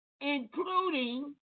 including